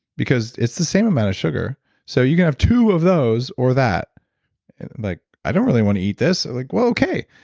because it's the same amount of sugar so you can have two of those or that. they're like, i don't really want to eat this. like, well, okay.